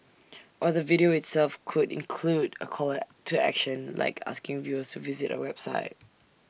or the video itself could include A call to action like asking viewers to visit A website